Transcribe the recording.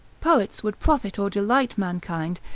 poets would profit or delight mankind,